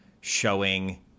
showing